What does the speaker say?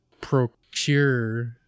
procure